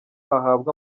ahabwe